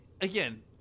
again